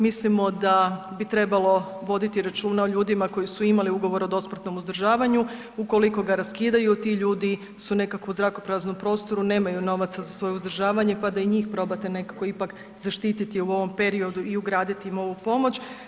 Mislimo da bi trebalo voditi računa o ljudima koji su imali ugovor o dosmrtnom uzdržavanju, ukoliko ga raskidaju, ti ljudi su nekakvom zrakopraznom prostoru, nemaju novaca za svoje uzdržavanje pa da i njih probate nekako ipak zaštiti u ovom periodu i ugraditi im ovu pomoć.